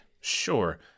Sure